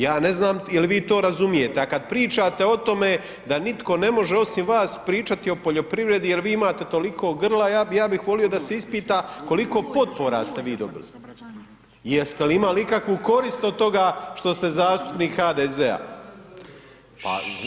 Ja ne znam jel vi to razumijete, a kad pričate o tome da nitko ne može osim vas pričati o poljoprivredi jer vi imate toliko grla ja bih volio da se ispita koliko potpora ste vi dobili, jeste li imali ikakvu korist od toga što ste zastupnik HDZ-a.